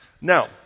Now